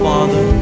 Father